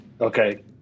Okay